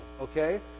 okay